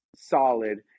solid